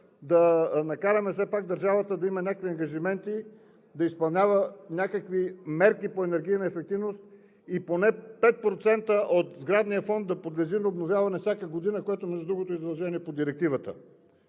да накараме все пак държавата да има някакви ангажименти, да изпълнява някакви мерки по енергийна ефективност и поне 5% от сградния фонд да подлежи на обновяване всяка година, което между другото, е задължение и по Директивата.